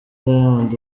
diamond